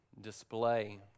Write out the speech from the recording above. display